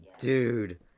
dude